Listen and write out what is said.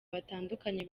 batandukanye